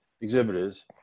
exhibitors